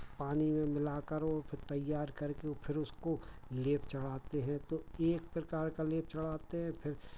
पानी में मिलाकर और फिर तैयार करके और फिर उसको लेप चढ़ाते हैं तो एक प्रकार का लेप चढ़ाते हैं फिर